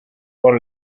por